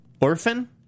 Orphan